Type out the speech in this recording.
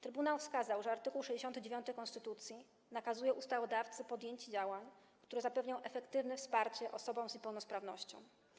Trybunał wskazał, że art. 69 konstytucji nakazuje ustawodawcy podjęcie działań, które zapewnią efektywne wsparcie osobom z niepełnosprawnością.